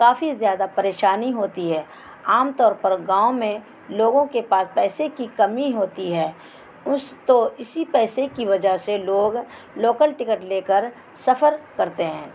کافی زیادہ پریشانی ہوتی ہے عام طور پر گاؤں میں لوگوں کے پاس پیسے کی کمی ہوتی ہے اس تو اسی پیسے کی وجہ سے لوگ لوکل ٹکٹ لے کر سفر کرتے ہیں